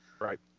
Right